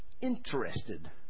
interested